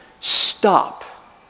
Stop